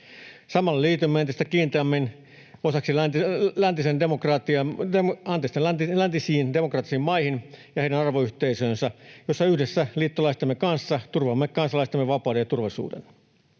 Samalla liitymme entistä kiinteämmin läntisiin demokraattisiin maihin ja heidän arvoyhteisöönsä, jossa yhdessä liittolaistemme kanssa turvaamme kansalaistemme vapauden ja turvallisuuden.